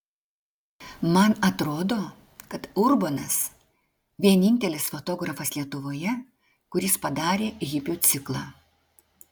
man atrodo kad urbonas vienintelis fotografas lietuvoje kuris padarė hipių ciklą